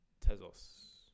Tezos